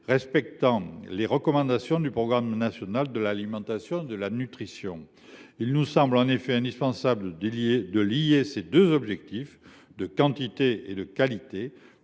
respect[a]nt les recommandations du Programme national de l’alimentation et de la nutrition ». En effet, il nous semble indispensable de lier ces deux finalités, de quantité et de qualité,